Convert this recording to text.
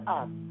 up